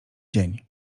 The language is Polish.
dzień